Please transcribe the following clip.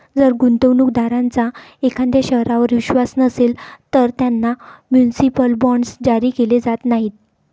जर गुंतवणूक दारांचा एखाद्या शहरावर विश्वास नसेल, तर त्यांना म्युनिसिपल बॉण्ड्स जारी केले जात नाहीत